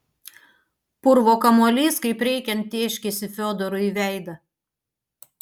purvo kamuolys kaip reikiant tėškėsi fiodorui į veidą